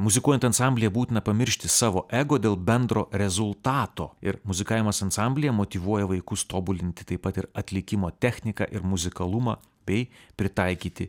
muzikuojant ansamblyje būtina pamiršti savo ego dėl bendro rezultato ir muzikavimas ansamblyje motyvuoja vaikus tobulinti taip pat ir atlikimo techniką ir muzikalumą bei pritaikyti